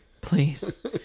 please